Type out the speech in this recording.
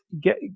get